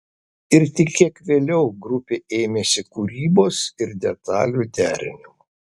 ir tik kiek vėliau grupė ėmėsi kūrybos ir detalių derinimo